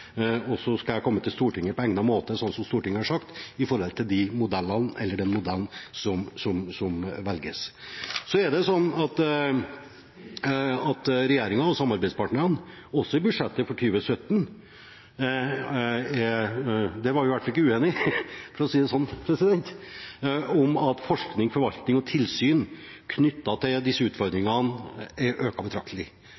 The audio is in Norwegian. Og så skal jeg komme til Stortinget på egnet måte, sånn som Stortinget har sagt, med den modellen som velges. Så er det sånn at regjeringen og samarbeidspartnerne også i budsjettet for 2017 mener – der var vi i hvert fall ikke uenige, for å si det sånn – at forskning, forvaltning og tilsyn knyttet til disse